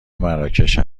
مراکش